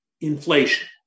inflation